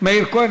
מאיר כהן.